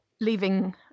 leaving